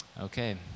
Okay